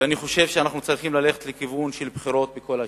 ואני חושב שאנחנו צריכים ללכת לכיוון של בחירות בכל היישובים.